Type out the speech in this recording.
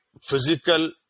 physical